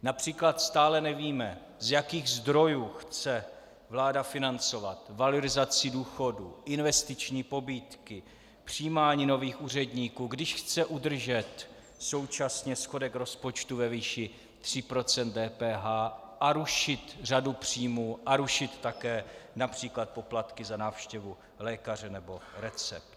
Například nevíme, z jakých zdrojů chce vláda financovat valorizaci důchodů, investiční pobídky, přijímání nových úředníků, když chce udržet současně schodek rozpočtu ve výši 3 % HDP a rušit řadu příjmů a rušit také například poplatky za návštěvu lékaře nebo recept.